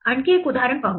आणखी एक उदाहरण पाहू